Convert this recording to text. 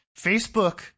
facebook